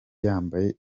yambaye